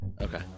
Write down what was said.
okay